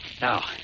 Now